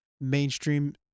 mainstream